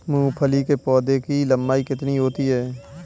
मूंगफली के पौधे की लंबाई कितनी होती है?